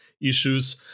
issues